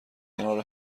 کنار